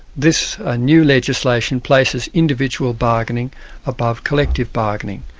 this ah new legislation places individual bargaining above collective bargaining.